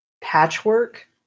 patchwork